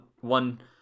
one